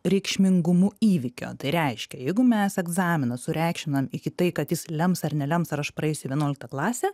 reikšmingumu įvykio tai reiškia jeigu mes egzaminą sureikšminam iki tai kad jis lems ar nelems ar aš praeisiu vienuoliktą klasę